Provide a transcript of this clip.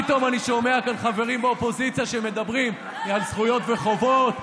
פתאום אני שומע כאן חברים באופוזיציה שמדברים על זכויות וחובות.